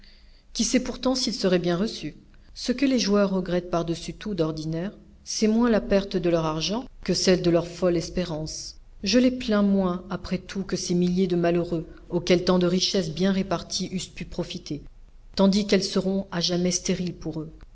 qui sait pourtant s'il serait bien reçu ce que les joueurs regrettent par-dessus tout d'ordinaire c'est moins la perte de leur argent que celle de leurs folles espérances je les plains moins après tout que ces milliers de malheureux auxquels tant de richesses bien réparties eussent pu profiter tandis qu'elles seront à jamais stériles pour eux